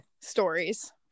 stories